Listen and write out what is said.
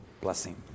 blessing